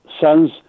sons